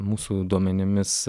mūsų duomenimis